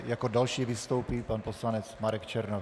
Jako další vystoupí pan poslanec Marek Černoch.